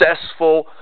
successful